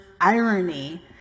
irony